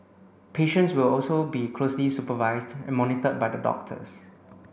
patients will also be closely supervised and monitored by the doctors